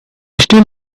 still